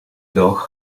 dog